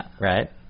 right